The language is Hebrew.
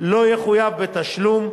לא תחויב בתשלום,